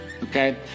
Okay